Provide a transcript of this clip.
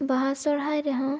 ᱵᱟᱦᱟ ᱥᱚᱨᱦᱟᱭ ᱨᱮᱦᱚᱸ